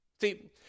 See